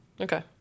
Okay